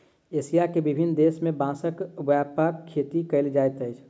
Asia के विभिन्न देश में बांसक व्यापक खेती कयल जाइत अछि